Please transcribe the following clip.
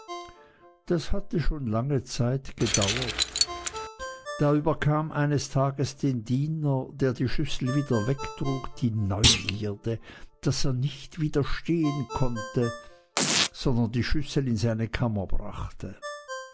das hatte schon lange zeit gedauert da überkam eines tages den diener der die schüssel wieder wegtrug die neugierde daß er nicht widerstehen konnte sondern die schüssel in seine kammer brachte